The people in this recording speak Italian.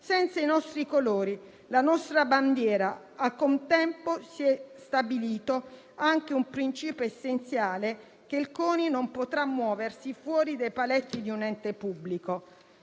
senza i nostri colori, la nostra bandiera. Al contempo si è stabilito anche un principio essenziale in base al quale il CONI non potrà muoversi fuori dai paletti di un ente pubblico.